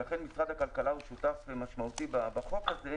ולכן משרד הכלכלה הוא שותף משמעותי בחוק הזה.